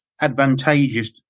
advantageous